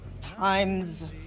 times